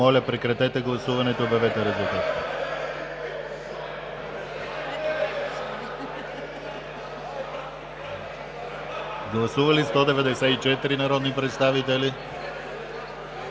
Моля, прекратете гласуването и обявете резултат. Гласували 196 народни представители: